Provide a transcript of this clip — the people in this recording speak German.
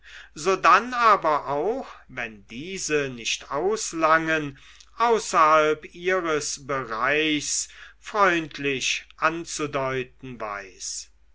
sodann aber auch wenn diese nicht auslangen außerhalb ihres bereichs freundlich anzudeuten weiß